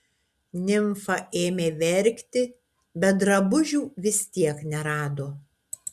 nimfa ėmė verkti bet drabužių vis tiek nerado